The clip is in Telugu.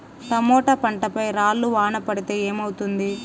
టమోటా పంట పై రాళ్లు వాన పడితే ఏమవుతుంది?